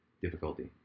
difficulty